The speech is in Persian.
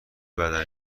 بدن